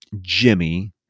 Jimmy